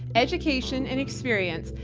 education, and experience,